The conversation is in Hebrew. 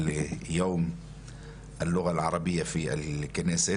יוזם יום השפה הערבייה בכנסת.